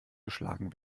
geschlagen